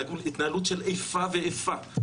התנהלות של איפה ואיפה,